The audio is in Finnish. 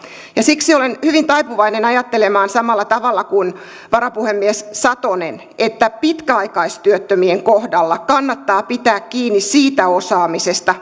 siksi olen hyvin taipuvainen ajattelemaan samalla tavalla kuin varapuhemies satonen että pitkäaikaistyöttömien kohdalla kannattaa pitää kiinni siitä osaamisesta